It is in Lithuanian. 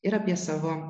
ir apie savo